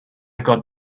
got